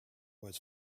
was